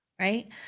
right